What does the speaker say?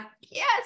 yes